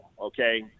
okay